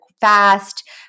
fast